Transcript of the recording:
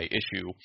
issue